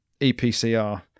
EPCR